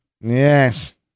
Yes